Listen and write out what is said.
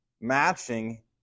matching